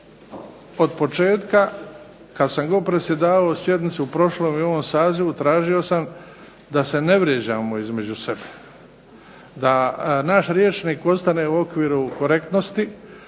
od početka kad sam god predsjedavao sjednicu u prošlom i ovom sazivu tražio sam da se ne vrijeđamo između sebe, da naš rječnik ostane u okviru korektnosti,